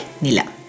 Nila